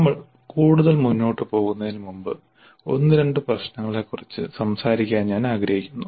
നമ്മൾ കൂടുതൽ മുന്നോട്ട് പോകുന്നതിനുമുമ്പ് ഒന്ന് രണ്ട് പ്രശ്നങ്ങളെക്കുറിച്ച് സംസാരിക്കാൻ ഞാൻ ആഗ്രഹിക്കുന്നു